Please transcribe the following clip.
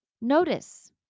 notice